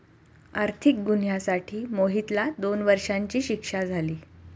आर्थिक गुन्ह्यासाठी मोहितला दोन वर्षांची शिक्षा झाली